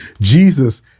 Jesus